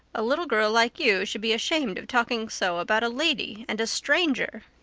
a little girl like you should be ashamed of talking so about a lady and a stranger,